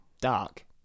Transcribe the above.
dark